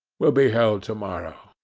will be held to-morrow